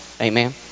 amen